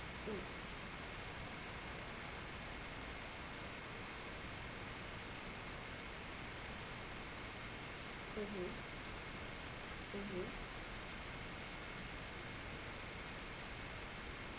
mm mm mm